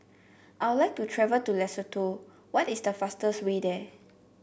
I would like to travel to Lesotho what is the fastest way there